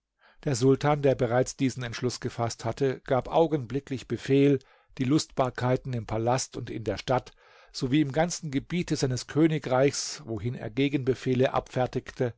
der sultan der bereits diesen entschluß gefaßt hatte gab augenblicklich befehl die lustbarkeiten im palast und in der stadt sowie im ganzen gebiete seines königreichs wohin er gegenbefehle abfertigte